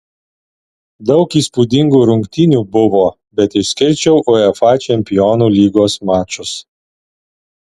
daug įspūdingų rungtynių buvo bet išskirčiau uefa čempionų lygos mačus